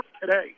today